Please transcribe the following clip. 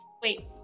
Wait